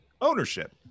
Ownership